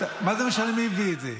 מי הביא לזה,